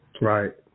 Right